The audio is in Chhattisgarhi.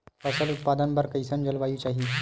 फसल उत्पादन बर कैसन जलवायु चाही?